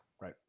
Right